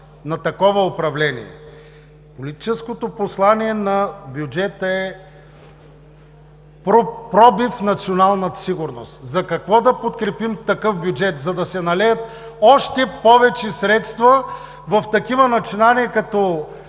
на такова управление. Политическото послание на бюджета е пробив в националната сигурност. За какво да подкрепим такъв бюджет, за да се налеят още повече средства в такива начинания като